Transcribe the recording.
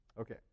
Okay